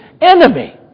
enemy